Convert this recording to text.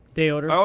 day orders?